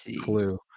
clue